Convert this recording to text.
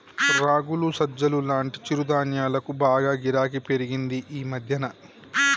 రాగులు, సజ్జలు లాంటి చిరుధాన్యాలకు బాగా గిరాకీ పెరిగింది ఈ మధ్యన